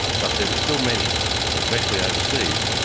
but there were still many especially overseas,